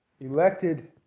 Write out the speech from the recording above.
elected